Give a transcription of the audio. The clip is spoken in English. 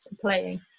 playing